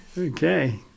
Okay